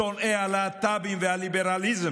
שונאי הלהט"בים והליברליזם,